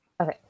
Okay